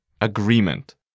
agreement